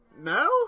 No